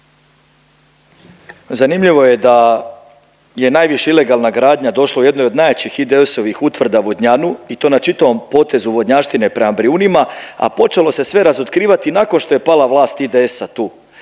Zanimljivo je da je najviše ilegalna gradnja došla u jednoj od najjačih IDS-ovih utvrda Vodnjanu i to na čitavom potezu Vodnjavštine prema Brijunima, a počelo se sve razotkrivati nakon što je pala vlast IDS-a tu.